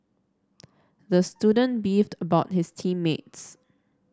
the student beefed about his team mates